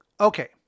Okay